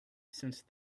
since